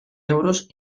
euros